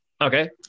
Okay